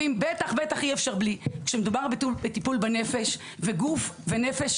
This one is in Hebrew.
someone: באנגלית, To tell זה גם להלשין וגם לדבר.